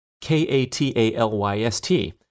K-A-T-A-L-Y-S-T